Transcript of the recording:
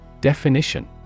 Definition